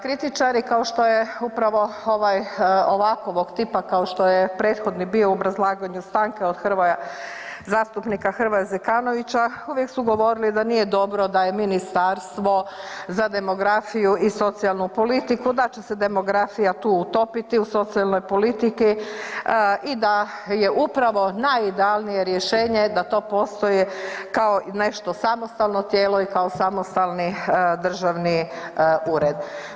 Kritičari kao što je upravo ovakvog tipa kao što je prethodni bio u obrazlaganju stanke od zastupnika Hrvoja Zekanovića, uvijek su govorili da nije dobro da je Ministarstvo za demografiju i socijalnu politiku, da će se demografiju tu utopiti u socijalnoj politici i da je upravo najidealnije rješenje da to postoje kao nešto samostalno tijelo i kao samostalni državni ured.